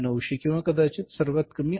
900 किंवा कदाचित सर्वात कमी रु